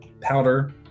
powder